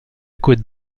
côte